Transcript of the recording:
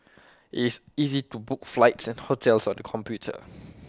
IT is easy to book flights and hotels on the computer